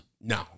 No